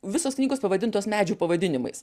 visos knygos pavadintos medžių pavadinimais